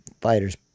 fighters